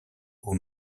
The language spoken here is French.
aux